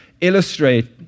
illustrate